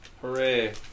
Hooray